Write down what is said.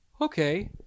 okay